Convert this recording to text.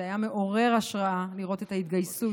זה היה מעורר השראה לראות את ההתגייסות